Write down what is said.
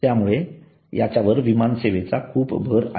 त्यामुळे याच्यावर विमानसेवेचा खूप भर आहे